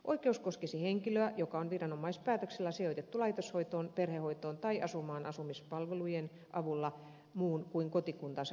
oikeus koskisi henkilöä joka on viranomaispäätöksellä sijoitettu laitoshoitoon perhehoitoon tai asumaan asumispalvelujen avulla muun kuin kotikuntansa alueella